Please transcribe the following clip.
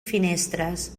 finestres